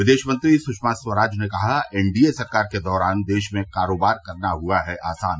विदेश मंत्री सुषमा स्वराज ने कहा एनडीए सरकार के दौरान देश में कारोबार करना हुआ है आसान